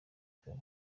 kare